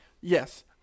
yes